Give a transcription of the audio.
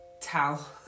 tell